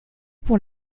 pour